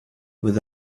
with